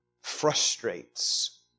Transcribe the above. frustrates